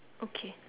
okay